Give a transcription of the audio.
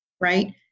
right